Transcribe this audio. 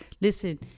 Listen